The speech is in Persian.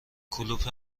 کلوپ